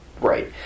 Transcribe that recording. Right